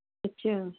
ਅੱਛਾ